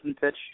pitch